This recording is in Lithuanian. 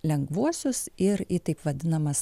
lengvuosius ir į taip vadinamas